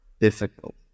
difficult